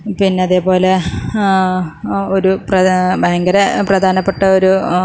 പിന്നെ അതേപോലെ ഒരു പ്രധാ ഭയങ്കര പ്രധാനപ്പെട്ട ഒരു